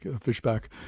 fishback